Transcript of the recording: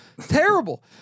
Terrible